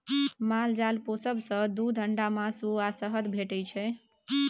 माल जाल पोसब सँ दुध, अंडा, मासु आ शहद भेटै छै